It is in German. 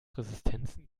resistenzen